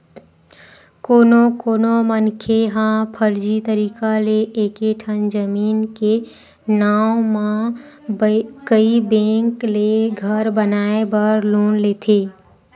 कोनो कोनो मनखे ह फरजी तरीका ले एके ठन जमीन के नांव म कइ बेंक ले घर बनाए बर लोन लेथे